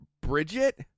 Bridget